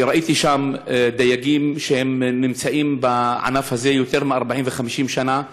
שראיתי שם דייגים שנמצאים בענף הזה יותר מ-40 ו-50 שנה,